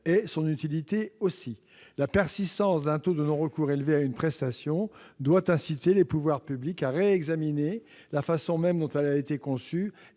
son utilité aussi. La persistance d'un taux de non-recours élevé à une prestation doit inciter les pouvoirs publics à réexaminer la façon même dont elle a été conçue